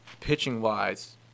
Pitching-wise